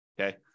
Okay